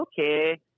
okay